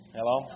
Hello